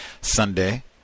Sunday